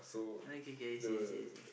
okay K I see I see I see